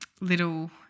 little